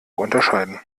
unterscheiden